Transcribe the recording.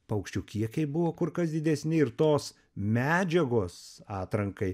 paukščių kiekiai buvo kur kas didesni ir tos medžiagos atrankai